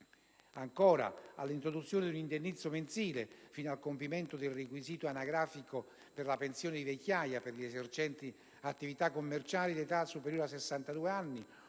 all'introduzione di un indennizzo mensile (fino al compimento del requisito anagrafico per la pensione di vecchiaia) per gli esercenti attività commerciali, di età superiore a 62 anni